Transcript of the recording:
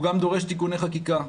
הוא גם דורש תיקוני חקיקה.